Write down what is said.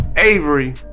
Avery